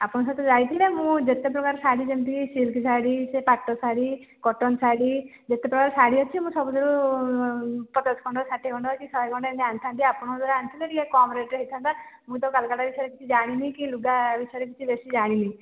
ଆପଣଙ୍କ ସହିତ ଯାଇଥିଲେ ମୁଁ ଯେତେ ପ୍ରକାର ଶାଢ଼ୀ ଯେମିତି ସିଲକ୍ ଶାଢ଼ୀ ସେ ପାଟ ଶାଢ଼ୀ କଟନ ଶାଢ଼ୀ ଯେତେ ପ୍ରକାର ଶାଢ଼ୀ ଅଛି ମୁଁ ସବୁଥିରୁ ପଚାଶ ଖଣ୍ଡ ଷାଠିଏ ଖଣ୍ଡ କି ଶହେ ଖଣ୍ଡ ଏନ୍ତି ଆଣିଥାନ୍ତି ଆପଣଙ୍କ ଦ୍ୱାରା ଆଣିଥିଲେ ଟିକେ କମ୍ ରେଟ୍ରେ ହେଇଥାନ୍ତା ମୁଁ ତ କୋଲକତା ବିଷୟରେ କିଛି ଜାଣିନି କି ଲୁଗା ବିଷୟରେ କିଛି ବେଶୀ ଜାଣିନି